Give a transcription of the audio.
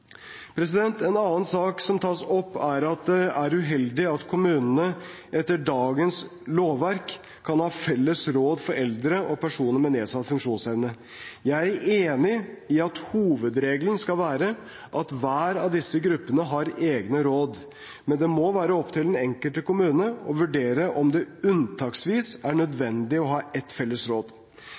En annen sak som tas opp, er at det er uheldig at kommunene etter dagens lovverk kan ha felles råd for eldre og personer med nedsatt funksjonsevne. Jeg er enig i at hovedregelen skal være at hver av disse gruppene har eget råd, men det må være opp til den enkelte kommune å vurdere om det unntaksvis er nødvendig å ha et felles råd.